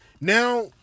Now